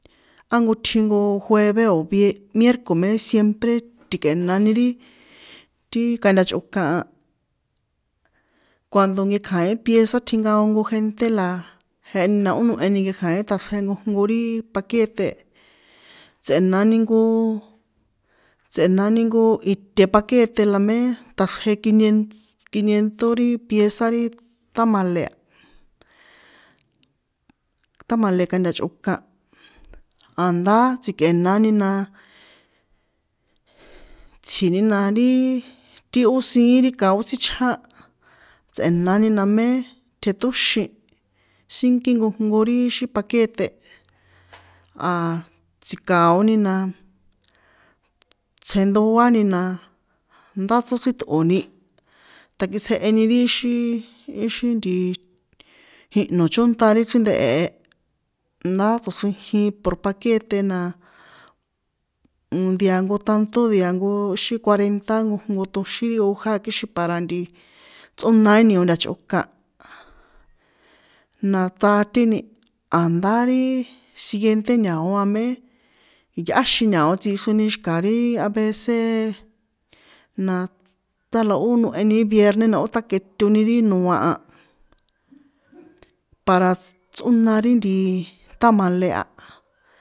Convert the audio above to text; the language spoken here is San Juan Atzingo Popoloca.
Ájnko tsji nko jueve o vie mierco̱ me siempre ti̱kꞌe̱nani ri ti ti kantachꞌokan a cuando nkekja̱in pieza tjinkaon ko gente, jeheni na ó noheni nkekja̱in ṭꞌaxrje ri paquete, tsꞌe̱nani nko tsꞌe̱nani nko ite paquete la mé ṭꞌaxrje kinient kinientó ri pieza ri tamale, támale kantachꞌokan, a̱ndá tsikꞌe̱nani na, tsjini na ri ti ó siín ri ka ó tsichján tsꞌe̱nani na mé tjeṭóxin sínki jnko ri íxi paquete, a̱ tsi̱ka̱oni na tsjendoáni na, ndá tsóchrítꞌo̱ni, takitsjeheni ri íxi íxin ntii, jihno̱ chónṭa ri chrìndehe̱ e ndá tsochrijin por paquete na dea nko tántó dea nko íxi cuarenta nkojnko ṭoxín ti hoja kixin para tsꞌóna ri niontachꞌokan, na ta̱téni a̱ndári siguiente ña̱o a mé yꞌáxin ña̱o tsixroni xika ri avece na tála ó noheni ri vierne la ó takꞌetoni ri noa para tsꞌóna ri támale a.